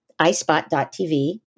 ispot.tv